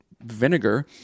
vinegar